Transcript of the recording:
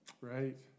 Right